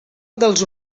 dels